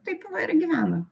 taip va ir gyvena